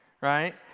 Right